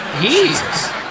Jesus